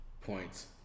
points